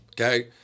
okay